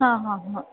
हां हां हां